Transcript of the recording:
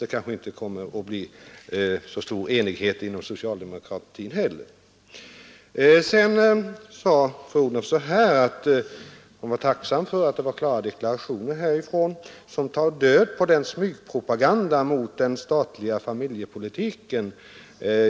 Det kanske inte blir så stor enighet inom socialdemokratin heller. Statsrådet Odhnoff sade sig vara tacksam över de klara deklarationer som tar död på smygpropagandan mot den statliga familjepolitiken.